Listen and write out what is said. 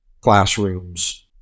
Classrooms